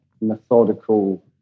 methodical